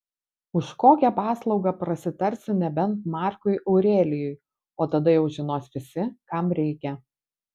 už kokią paslaugą prasitarsiu nebent markui aurelijui o tada jau žinos visi kam reikia